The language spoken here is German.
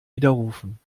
widerrufen